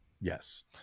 Yes